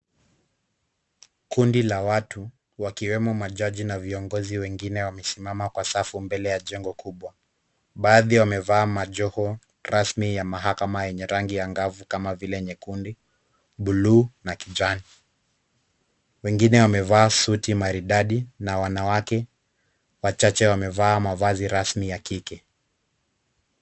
Kundi la watu wakiwemo majaji na viongozi wengine wamesimama kwa safu mbele ya jengo kubwa. Baadhi wamevaa majoho rasmi ya mahakama yenye rangi angavu kama vile nyekundu, buluu na kijani. Wengine wamevaa suti maridadi na wanawake wachache wamevaa mavazi rasmi ya kike.